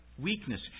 weakness